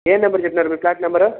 ఏం నంబర్ చెప్పినారు మీరు ఫ్లాట్ నంబరు